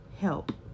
help